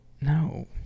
No